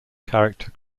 character